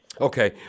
Okay